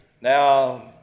now